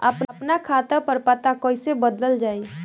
आपन खाता पर पता कईसे बदलल जाई?